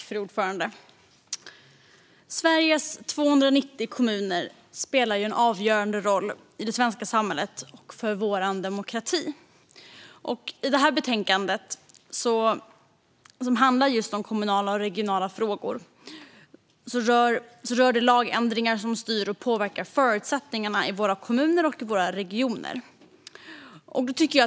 Fru talman! Sveriges 290 kommuner spelar en avgörande roll i det svenska samhället och för vår demokrati. Detta betänkande handlar just om kommunala och regionala frågor och rör lagändringar som styr och påverkar förutsättningarna i våra kommuner och regioner.